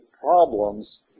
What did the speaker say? problems